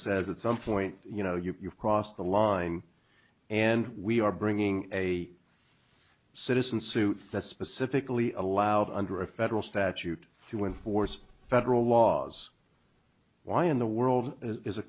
says at some point you know you've crossed the line and we are bringing a citizen suit that's specifically allowed under a federal statute to inforce federal laws why in the world is